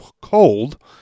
cold